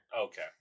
Okay